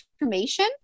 information